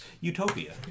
Utopia